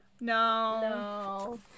No